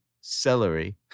Celery